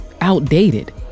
outdated